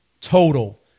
total